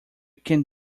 can